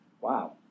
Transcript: wow